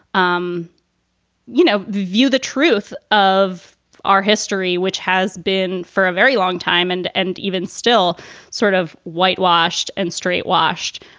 um you know, view the truth of our history, which has been for a very long time, and and even still sort of whitewashed and straight washed.